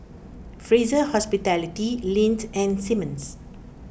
Fraser Hospitality Lindt and Simmons